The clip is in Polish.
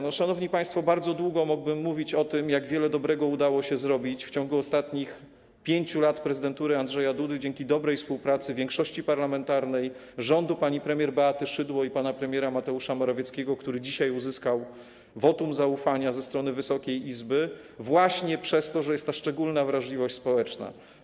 No, szanowni państwo, bardzo długo mógłbym mówić o tym, jak wiele dobrego udało się zrobić w ciągu ostatnich 5 lat prezydentury Andrzeja Dudy, dzięki dobrej współpracy większości parlamentarnej, rządów pani premier Beaty Szydło i pana premiera Mateusza Morawieckiego, który dzisiaj uzyskał wotum zaufania ze strony Wysokiej Izby, właśnie przez to, że jest ta szczególna wrażliwość społeczna.